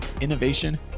innovation